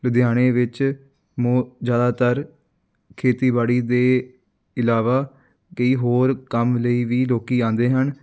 ਲੁਧਿਆਣੇ ਵਿੱਚ ਮੋ ਜ਼ਿਆਦਾਤਰ ਖੇਤੀਬਾੜੀ ਦੇ ਇਲਾਵਾ ਕਈ ਹੋਰ ਕੰਮ ਲਈ ਵੀ ਲੋਕ ਆਉਂਦੇ ਹਨ